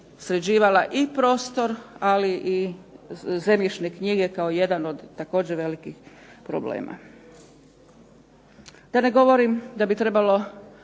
sređivala i prostor, ali i zemljišne knjige kao jedan od također velikih problema. Da ne govorim da bi trebalo